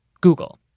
Google